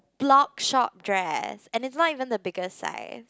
blog shop dress and it's not even the biggest size